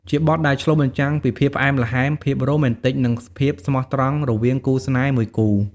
ជាបទដែលឆ្លុះបញ្ចាំងពីភាពផ្អែមល្ហែម ភាពរ៉ូមែនទិក និងភាពស្មោះត្រង់រវាងគូស្នេហ៍មួយគូ។